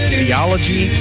theology